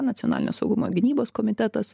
nacionalinio saugumo gynybos komitetas